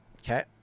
Okay